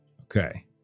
Okay